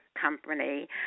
Company